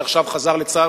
שעכשיו חזר לצה"ל